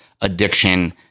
addiction